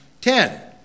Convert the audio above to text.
Ten